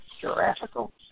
geographical